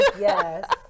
yes